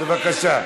בבקשה.